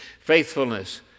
faithfulness